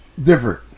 Different